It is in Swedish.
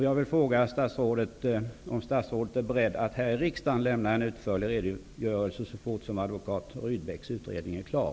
Jag vill fråga statsrådet om han är beredd att här i riksdagen lämna en utförlig redogörelse så fort som advokat Rydbecks utredning är klar.